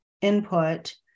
input